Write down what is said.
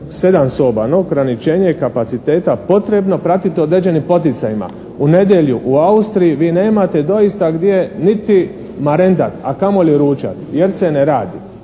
7 soba, … /Ne razumije se./ … kapaciteta potrebno pratiti određenim poticajima. U nedjelju u Austriji vi nemate doista gdje niti marendat, a kamoli ručat jer se ne radi